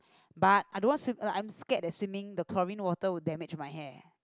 but I don't want sw~ like I'm scared that swimming the chlorine water will damage my hair